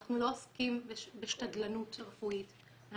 אנחנו לא עוסקים בשתדלנות רפואית,